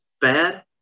bad